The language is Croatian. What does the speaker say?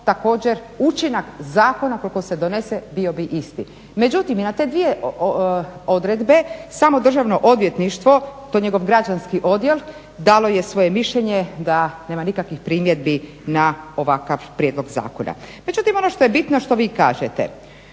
također učinak zakona koliko se donese bio bi isti. Međutim i na te dvije odredbe samo državno odvjetništvo i to njegov građanski odjel dalo je svoje mišljenje da nema nikakvih primjedbi na ovakav prijedlog Zakona. Međutim ono što je bitno što vi kažete,